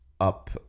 up